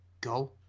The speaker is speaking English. go